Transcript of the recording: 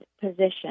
position